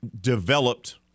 developed